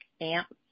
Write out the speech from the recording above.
AMP